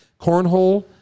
cornhole